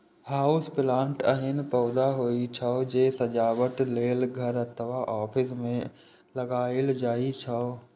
house plant एहन पौधा होइ छै, जे सजावट लेल घर अथवा ऑफिस मे लगाएल जाइ छै